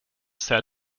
said